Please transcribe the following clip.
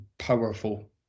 Powerful